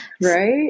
Right